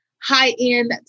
high-end